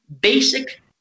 basic